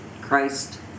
Christ